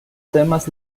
temas